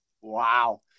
Wow